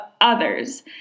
others